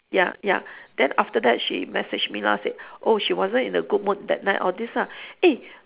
ya ya then after that she message me lah said oh she wasn't in a good mood that night all these lah eh